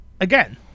again